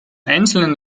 einzelnen